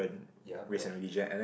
ya correct